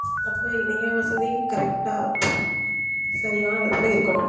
அப்போ இணைய வசதி கரெக்டாக சரியான விதத்தில் இருக்கணும்